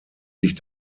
sich